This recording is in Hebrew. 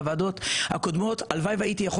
בוועדות הקודמות: הלוואי והייתי יכול